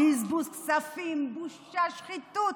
בזבוז כספים, בושה, שחיתות.